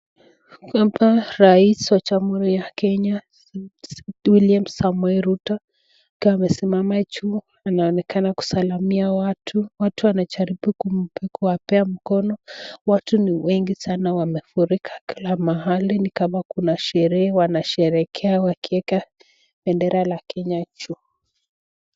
Hapa ni Rais wa Jamhuri ya Kenya William Samuel Ruto akiwa amesimama juu, anaonekana kusalimia watu. Watu wanajaribu kuwapea mkono. Watu ni wengi sana wamefurika kila mahali. Ni kama kuna sherehe wanasherehekea wakiweka bendera la Kenya juu.